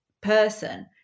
person